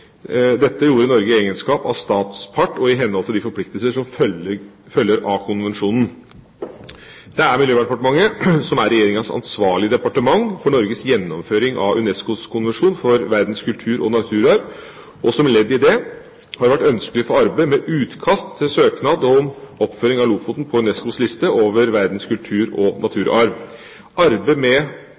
Dette gjorde Norge i egenskap av statspart og i henhold til de forpliktelser som følger av konvensjonen. Det er Miljøverndepartementet som er Regjeringas ansvarlige departement for Norges gjennomføring av UNESCOs konvensjon for vern av verdens kultur- og naturarv, og som ledd i det har det vært ansvarlig for arbeidet med utkast til søknad om oppføring av Lofoten på UNESCOs liste over verdens kultur- og naturarv. Arbeidet med